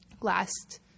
last